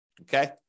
okay